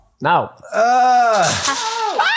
Now